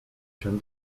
się